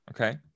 Okay